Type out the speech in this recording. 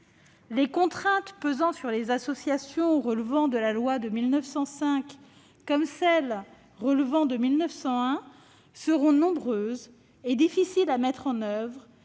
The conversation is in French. Les contraintes pesant sur les associations relevant de la loi de 1905 comme sur celles qui relèvent de la loi de 1901 seront nombreuses et difficiles à mettre en oeuvre.